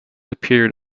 appeared